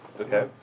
okay